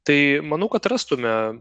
tai manau kad rastume